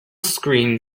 screen